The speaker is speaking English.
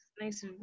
nice